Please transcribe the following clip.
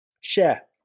Share